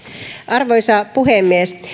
arvoisa puhemies